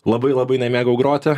labai labai nemėgau groti